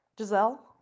Giselle